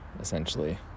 essentially